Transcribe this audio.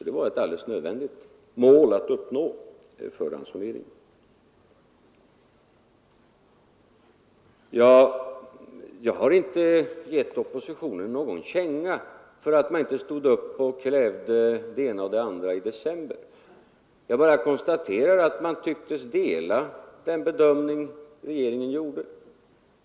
Det var ett alldeles nödvändigt mål att uppnå för ransoneringen. Jag gav inte oppositionen någon känga för att man inte stod upp och krävde det ena och det andra i december. Jag bara konstaterar att man tycktes dela den bedömning som regeringen gjorde.